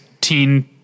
teen